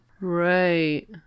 Right